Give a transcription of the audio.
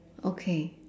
okay